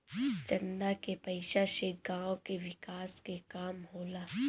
चंदा के पईसा से गांव के विकास के काम होला